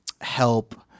help